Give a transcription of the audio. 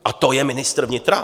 A to je ministr vnitra?